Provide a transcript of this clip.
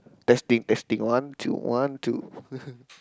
testing testing one two one two